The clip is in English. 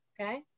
Okay